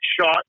shot